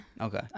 Okay